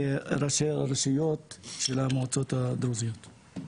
לראשי הרשויות של המועצות הדרוזיות.